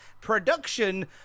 production